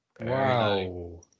Wow